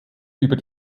über